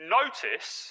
notice